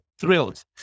thrilled